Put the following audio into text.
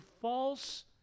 false